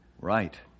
Right